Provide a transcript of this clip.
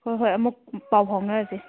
ꯍꯣꯏ ꯍꯣꯏ ꯑꯃꯨꯛ ꯄꯥꯎ ꯐꯥꯎꯅꯔꯁꯤ